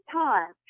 time